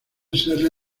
serle